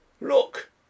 Look